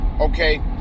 Okay